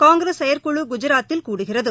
காங்கிரஸ் செயற்குழு குஐராத்தில் கூடுகிறது